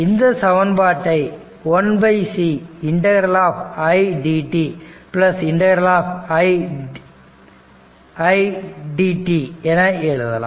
இந்த சமன்பாட்டை 1c ∫i dt ∫i dt என எழுதலாம்